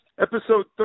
episode